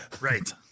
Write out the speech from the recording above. Right